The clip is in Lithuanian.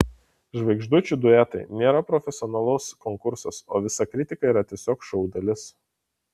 žvaigždžių duetai nėra profesionalus konkursas o visa kritika yra tiesiog šou dalis